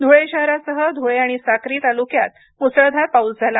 धुळे शहरासह धुळे आणि साक्री तालुक्यात मुसळधार पाऊस झाला